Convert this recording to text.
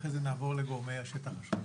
אחרי זה נעבור לגורמי השטח השונים.